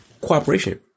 Cooperation